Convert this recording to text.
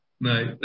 Right